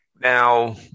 Now